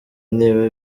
niba